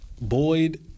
Boyd